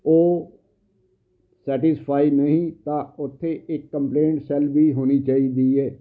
ਉਹ ਸੈਟਿਸਫਾਈ ਨਹੀਂ ਤਾਂ ਉੱਥੇ ਇੱਕ ਕੰਪਲੇਂਟ ਸੈੱਲ ਵੀ ਹੋਣੀ ਚਾਹੀਦੀ ਹੈ